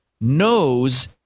knows